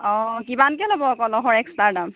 অঁ কিমানকৈ ল'ব কলহৰ এক্সট্ৰা দাম